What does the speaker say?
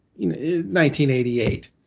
1988